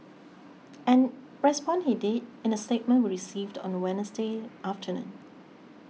and respond he did in a statement we received on the Wednesday afternoon